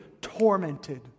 tormented